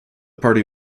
party